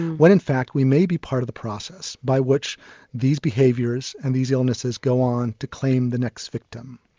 when in fact we may be part of the process by which these behaviours and these illnesses go on to claim the next victim.